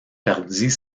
perdit